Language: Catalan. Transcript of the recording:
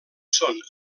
són